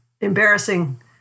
embarrassing